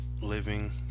living